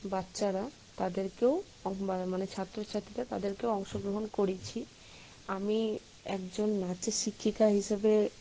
বাচ্চারা তাদেরকেও মানে ছাত্রছাত্রীরা তদেরকেও অংশগ্রহণ করিয়েছি আমি একজন নাচের শিক্ষিকা হিসাবে